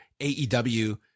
AEW